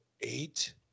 eight